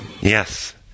Yes